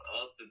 up